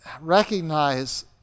recognize